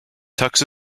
tux